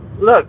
look